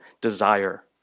desire